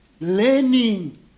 learning